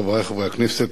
חברי חברי הכנסת,